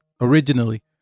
Originally